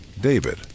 David